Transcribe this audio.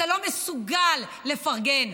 אתה לא מסוגל לפרגן.